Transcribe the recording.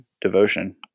devotion